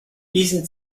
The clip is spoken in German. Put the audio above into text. diesen